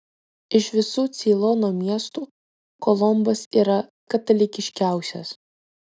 iš visų ceilono miestų kolombas yra katalikiškiausias